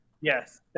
Yes